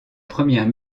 première